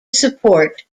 support